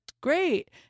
great